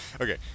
okay